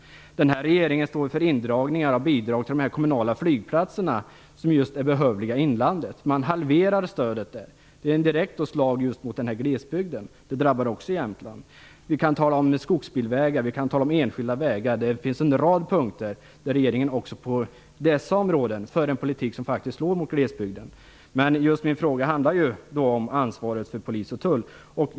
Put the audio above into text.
Den här regeringen står för indragningar av bidrag till de kommunala flygplatserna, som är behövliga i inlandet. Man halverar stödet. Det är ett direkt slag mot just den här glesbygden. Det drabbar också Jämtland. Vi kan tala om skogsbilvägar och enskilda vägar - det finns en rad punkter där regeringen för en politik som slår mot glesbygden. Min fråga handlar om ansvaret för just polis och tull.